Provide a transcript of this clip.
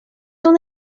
una